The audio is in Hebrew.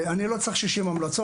אני לא צריך 60 המלצות,